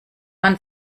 man